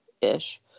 ish